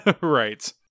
Right